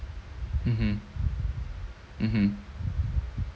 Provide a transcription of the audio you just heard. mmhmm mmhmm